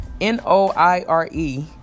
N-O-I-R-E